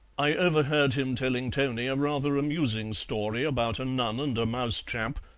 i overheard him telling toni a rather amusing story about a nun and a mousetrap,